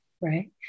right